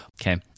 Okay